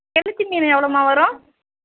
கெளுத்தி மீன் எவ்வளோம்மா வரும்